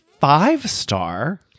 five-star